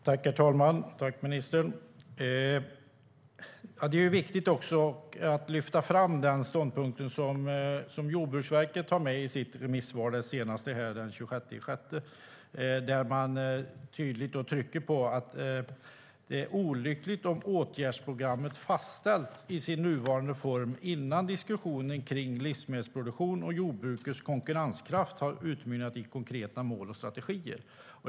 Herr talman! Jag tackar ministern. Det är också viktigt att lyfta fram den ståndpunkt som Jordbruksverket tar med i sitt senaste remissvar från den 26 juni, där man tydligt trycker på att det är "olyckligt om åtgärdsprogrammet fastställs i sin nuvarande form innan diskussionerna kring livsmedelsproduktion och jordbrukets konkurrenskraft har utmynnat i konkreta mål och strategier".